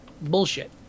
Bullshit